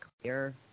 clear